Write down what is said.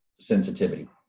sensitivity